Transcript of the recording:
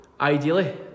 ideally